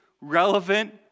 relevant